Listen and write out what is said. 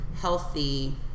Healthy